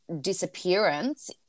disappearance